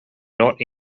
not